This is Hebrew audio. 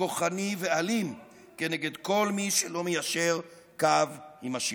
כוחני ואלים כנגד כל מי שלא מיישר קו עם השלטון.